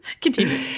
Continue